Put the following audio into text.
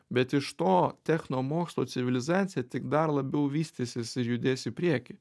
bet iš to technomokslo civilizacija tik dar labiau vystysis ir judės į priekį